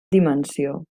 dimensió